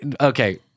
okay